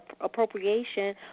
appropriation